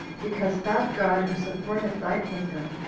because that god, who supporteth thy kingdom,